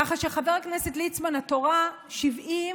ככה שחבר הכנסת ליצמן, התורה, שבעים